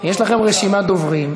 יש לכם רשימת דוברים.